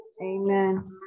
Amen